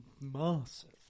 massive